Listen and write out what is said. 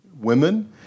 women